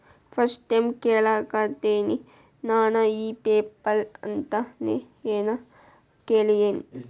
First time ಕೇಳಾಕತೇನಿ ನಾ ಇ ಪೆಪಲ್ ಅಂತ ನೇ ಏನರ ಕೇಳಿಯೇನ್?